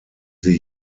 sie